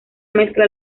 mezcla